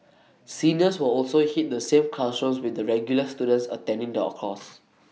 seniors will also hit the same classrooms with the regular students attending the all course